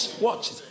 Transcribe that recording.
Watch